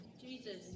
Jesus